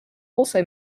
also